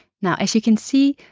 now as you can see,